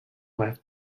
left